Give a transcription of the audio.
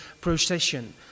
procession